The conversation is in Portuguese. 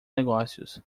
negócios